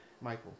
Michael